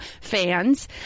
fans